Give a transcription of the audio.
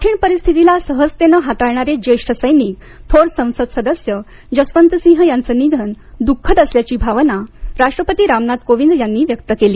कठीण परिस्थितीला सहजतेने हाताळणारे ज्येष्ठ सैनिक थोर संसद सदस्य जसवंत सिंह यांचं निधन दुःखद असल्याची भावना राष्ट्रपती रामनाथ कोविंद यांनी व्यक्त केली